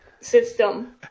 system